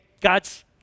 God's